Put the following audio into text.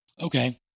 Okay